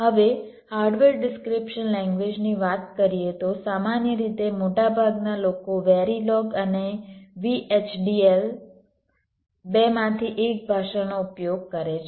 હવે hardware description લેંગ્વેજની વાત કરીએ તો સામાન્ય રીતે મોટાભાગના લોકો વેરિલોગ અને VHDL બેમાંથી એક ભાષાનો ઉપયોગ કરે છે